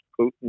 Putin